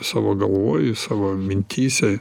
savo galvoj savo mintyse